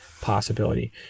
possibility